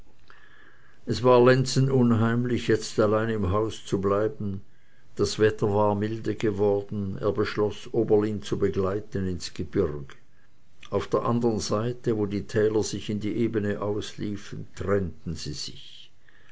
es war lenzen unheimlich jetzt allein im hause zu bleiben das wetter war milde geworden er beschloß oberlin zu begleiten ins gebirg auf der andern seite wo die täler sich in die ebne ausliefen trennten sie sich